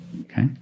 Okay